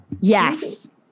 Yes